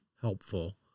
helpful